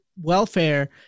welfare